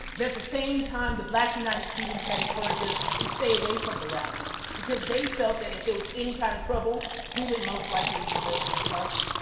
but at the same time, the black united students had encouraged us to stay from the rally because they felt that if there was any kind of trouble, we would most likely be the first one's targeted.